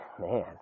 Man